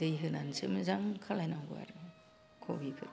दै होनानैसो मोजां खालायनांगौ आरो कबिफोरखौ